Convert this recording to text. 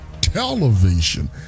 television